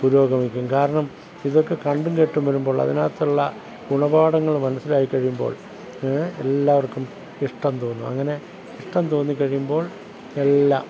പുരോഗമിക്കും കാരണം ഇതൊക്കെ കണ്ടും കേട്ടും വരുമ്പോൾ അതിനകത്തുള്ള ഗുണപാഠങ്ങൾ മനസ്സിലായി കഴിയുമ്പോൾ ഏ എല്ലാവർക്കും ഇഷ്ടം തോന്നും അങ്ങനെ ഇഷ്ടം തോന്നി കഴിയുമ്പോൾ എല്ലാം